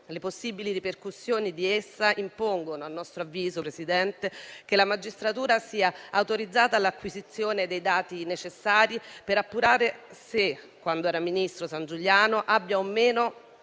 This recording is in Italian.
sue possibili ripercussioni impongono, a nostro avviso, signor Presidente, che la magistratura sia autorizzata all'acquisizione dei dati necessari per appurare se, quando era Ministro, il dottor Sangiuliano abbia impiegato